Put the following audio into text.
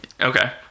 Okay